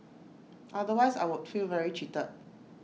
otherwise I would feel very cheated